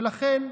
ולכן,